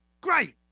Great